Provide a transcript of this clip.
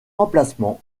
emplacement